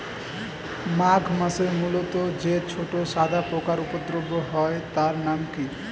মাঘ মাসে মূলোতে যে ছোট সাদা পোকার উপদ্রব হয় তার নাম কি?